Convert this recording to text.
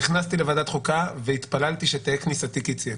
אני נכנסתי לוועדת החוקה והתפללתי שתהא כניסתי כיציאתי.